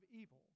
evil